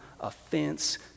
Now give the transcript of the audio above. offense